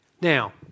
Now